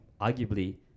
arguably